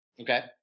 Okay